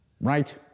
right